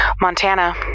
Montana